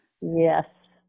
Yes